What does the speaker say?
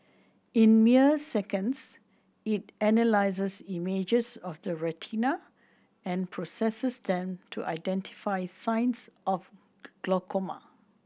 in mere seconds it analyses images of the retina and processes them to identify signs of glaucoma